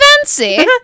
fancy